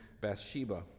Bathsheba